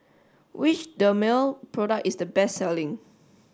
which Dermale product is the best selling